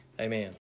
Amen